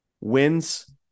wins